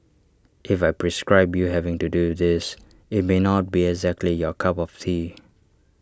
if I prescribe you having to do this IT may not be exactly your cup of tea